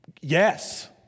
Yes